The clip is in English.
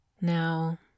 Now